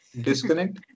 Disconnect